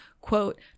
quote